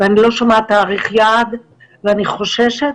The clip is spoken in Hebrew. ואני לא שומעת תאריך יעד ואני חוששת